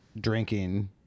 drinking